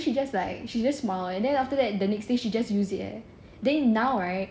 then she just like she just smile then after that the next day she just use it eh then now right